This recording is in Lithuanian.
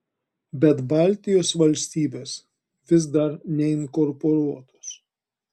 bet baltijos valstybės vis dar neinkorporuotos